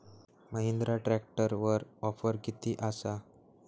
महिंद्रा ट्रॅकटरवर ऑफर किती आसा?